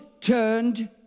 turned